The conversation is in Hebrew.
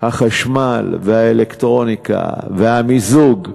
החשמל והאלקטרוניקה והמיזוג,